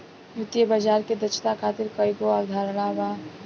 वित्तीय बाजार के दक्षता खातिर कईगो अवधारणा बा